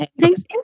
Thanks